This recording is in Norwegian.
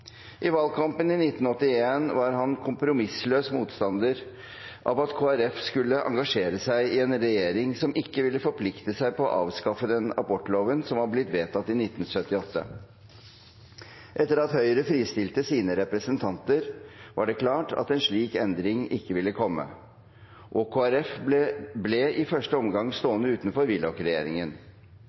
I valgkampen i 1981 var han en kompromissløs motstander av at Kristelig Folkeparti skulle engasjere seg i en regjering som ikke ville forplikte seg til å avskaffe den abortloven som var blitt vedtatt i 1978. Etter at Høyre fristilte sine representanter, var det klart at en slik endring ikke ville komme, og Kristelig Folkeparti ble i første omgang stående utenfor